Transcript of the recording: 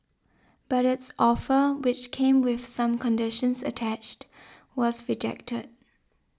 but its offer which came with some conditions attached was rejected